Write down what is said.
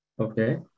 Okay